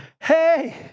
Hey